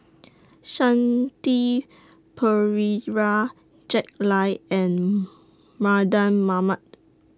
Shanti Pereira Jack Lai and Mardan Mamat